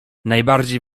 najbardziej